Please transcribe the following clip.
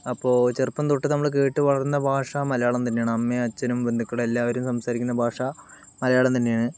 അപ്പോൾ ചെറുപ്പം തൊട്ടു നമ്മൾ കേട്ടു വളർന്ന ഭാഷ മലയാളം തന്നെയാണ് അമ്മയും അച്ഛനും ബന്ധുക്കളും എല്ലാവരും സംസാരിക്കുന്ന ഭാഷ മലയാളം തന്നെയാണ്